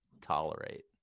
tolerate